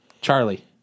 Charlie